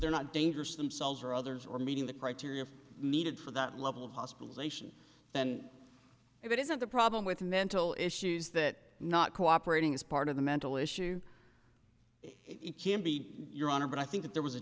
they're not dangerous to themselves or others or meeting the criteria needed for that level of hospitalization then it isn't the problem with the mental issues that not cooperating is part of the mental issue it can be your honor but i think that